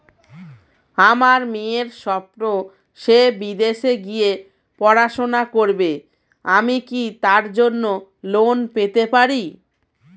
আমার মেয়ের স্বপ্ন সে বিদেশে গিয়ে পড়াশোনা করবে আমি কি তার জন্য লোন পেতে পারি?